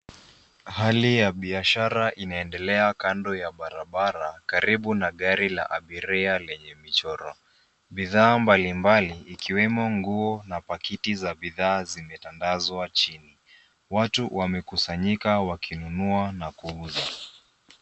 Hali ya biashara inaendelea kando ya barabara karibu na gari la abiria lenye michoro. Bidhaa mbalimbali ikiwemo nguo na pakiti za bidhaa zimetandazwa chini. Watu wamekusanyika wakinunua a kuuza.